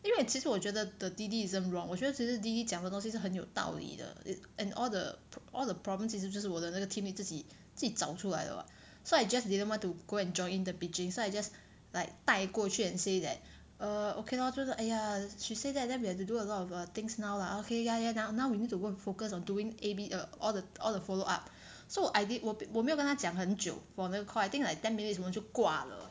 因为其实我觉得 the D_D isn't wrong 我觉得只是 D_D 讲的东西是很有道理的 it and all the all the problems 其实就是我的那个 teammate 自己自己找出来的 [what] so I just didn't want to go and join the bitching so I just like 带过去 and say that err okay lor 就是 !aiya! she say that then we have to do a lot of things now lah okay ya ya now now we need to work focus on doing A B err all the all the follow up so I did 我我没有跟他讲很久 for 那个 call I think like ten minutes 我们就挂了